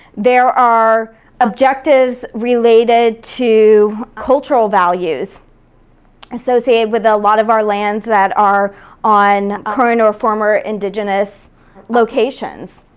there are objectives related to cultural values associated with a lot of our lands that are on current or former indigenous locations.